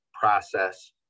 process